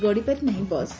ଗଡିପାରିନାହି bus